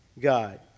God